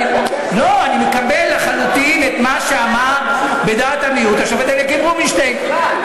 אני מקבל לחלוטין את מה שאמר בדעת המיעוט השופט אליקים רובינשטיין.